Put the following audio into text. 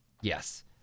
Yes